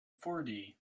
forty